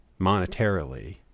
monetarily